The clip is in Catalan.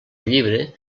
llibre